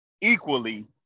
equally